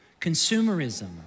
consumerism